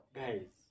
guys